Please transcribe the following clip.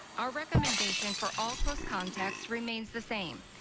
ah rank um and but and for all close contact remains the same,